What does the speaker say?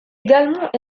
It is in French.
également